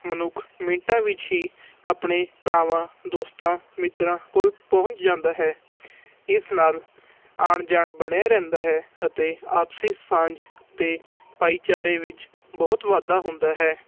ਮਨੁੱਖ ਮਿੰਟਾਂ ਵਿੱਚ ਹੀ ਆਪਣੇ ਭਰਾਵਾਂ ਦੋਸਤਾਂ ਮਿੱਤਰਾਂ ਕੋਲ ਪਹੁੰਚ ਜਾਂਦਾ ਹੈ ਇਸ ਨਾਲ ਆਉਣ ਜਾਣ ਬਣਿਆ ਰਹਿੰਦਾ ਹੈ ਅਤੇ ਆਪਸੀ ਸਾਂਝ ਅਤੇ ਭਾਈਚਾਰੇ ਵਿੱਚ ਬਹੁਤ ਵਾਧਾ ਹੁੰਦਾ ਹੈ